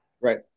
Right